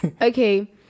okay